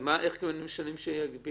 אז איך משנים שיהיו